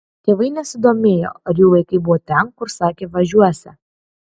tėvai nesidomėjo ar jų vaikai buvo ten kur sakė važiuosią